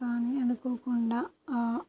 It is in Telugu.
కానీ అనుకోకుండా